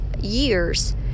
years